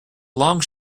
long